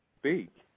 speak